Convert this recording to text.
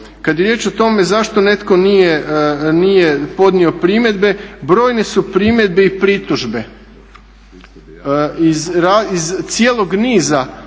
Kada je riječ o tome zašto netko nije podnio primjedbe, brojne su primjedbe i pritužbe iz cijelog niza